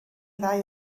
ddau